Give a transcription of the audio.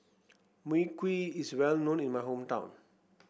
Mui Kee is well known in my hometown